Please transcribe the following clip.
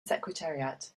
secretariat